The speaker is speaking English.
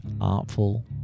artful